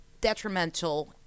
detrimental